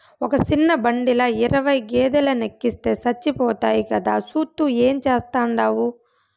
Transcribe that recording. ఒక సిన్న బండిల ఇరవై గేదేలెనెక్కిస్తే సచ్చిపోతాయి కదా, సూత్తూ ఏం చేస్తాండావు